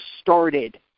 started